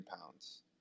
pounds